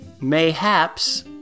Mayhaps